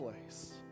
place